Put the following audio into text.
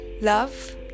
love